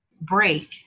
break